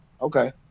okay